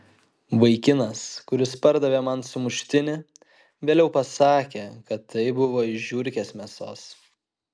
vaikinas kuris pardavė man sumuštinį vėliau pasakė kad tai buvo iš žiurkės mėsos